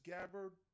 Gabbard